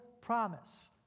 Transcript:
promise